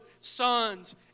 sons